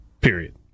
Period